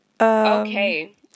Okay